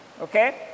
Okay